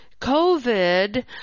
COVID